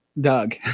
Doug